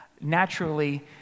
Naturally